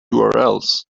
urls